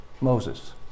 Moses